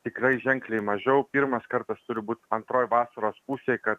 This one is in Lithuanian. tikrai ženkliai mažiau pirmas kartas turi būt antroj vasaros pusėj kad